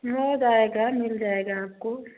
हो जाएगा मिल जाएगा आपको